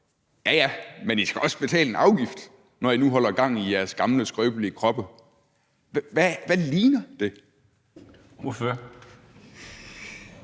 Ja, ja, men I skal også betale en afgift, når I nu holder gang i jeres gamle, skrøbelige kroppe. Hvad ligner det? Kl.